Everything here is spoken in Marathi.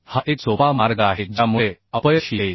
हा एक सोपा मार्ग आहे ज्यामुळे अपयश येईल